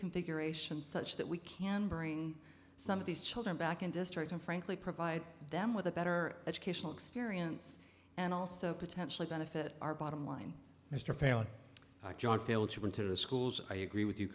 configuration such that we can bring some of these children back in district and frankly provide them with a better educational experience and also potentially benefit our bottom line mr fairlie john phillips who went to schools i agree with you